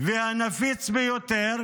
והנפיץ ביותר,